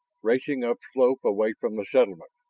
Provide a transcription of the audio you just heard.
racing upslope away from the settlement.